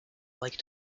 like